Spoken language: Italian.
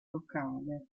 locale